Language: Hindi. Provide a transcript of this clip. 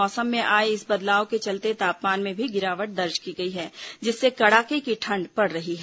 मौसम में आए इस बदलाव के चलते तापमान में भी गिरावट दर्ज की गई है जिससे कड़ाके की ठंड पड़ रही है